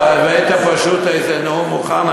אתה הבאת פשוט איזה נאום מוכן,